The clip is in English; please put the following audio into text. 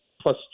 plus